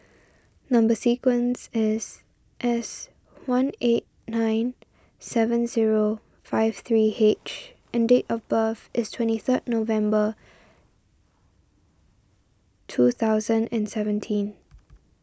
Number Sequence is S one eight nine seven zero five three H and date of birth is twenty third November two thousand and seventeen